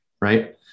right